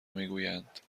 میگویند